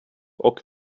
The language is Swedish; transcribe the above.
och